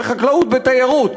בחקלאות ובתיירות.